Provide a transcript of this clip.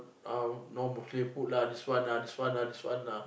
uh no Muslim food lah this one ah this one ah this one ah